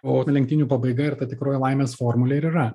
o lenktynių pabaiga ir ta tikroji laimės formulė ir yra